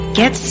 get